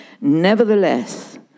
Nevertheless